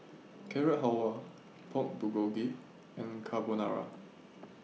Carrot Halwa Pork Bulgogi and Carbonara